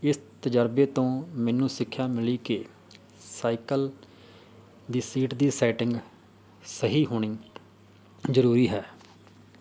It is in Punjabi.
ਇਸ ਤਜ਼ਰਬੇ ਤੋਂ ਮੈਨੂੰ ਸਿੱਖਿਆ ਮਿਲੀ ਕਿ ਸਾਈਕਲ ਦੀ ਸੀਟ ਦੀ ਸੈਟਿੰਗ ਸਹੀ ਹੋਣੀ ਜ਼ਰੂਰੀ ਹੈ